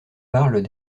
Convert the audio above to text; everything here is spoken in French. parlent